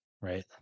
right